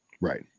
Right